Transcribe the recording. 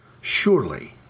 Surely